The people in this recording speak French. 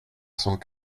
cent